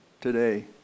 today